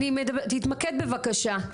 תתמקד בבקשה.